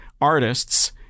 artists